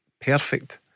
perfect